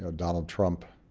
ah donald trump